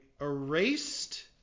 Erased